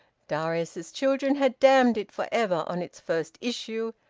darius's children had damned it for ever on its first issue,